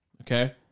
okay